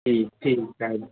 ठी ठीकु आहे